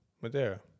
Madeira